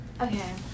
Okay